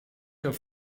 der